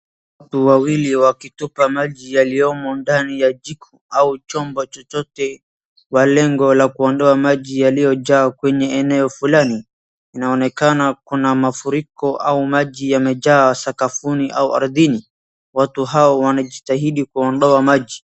Watu wawili wakitupa maji yaliyomo ndani ya jiko au chombo chochote kwa lengo la kuondoa maji yaliyojaa kwenye eneo fulani. Inaonekana kuna mafuriko au maji yamejaa sakafuni au ardhini. Watu hao wanajitahidi kuondoa maji.